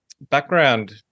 background